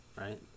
right